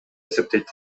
эсептейт